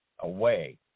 away